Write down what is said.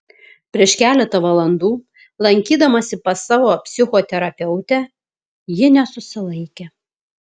prieš keletą valandų lankydamasi pas savo psichoterapeutę ji nesusilaikė